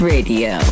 Radio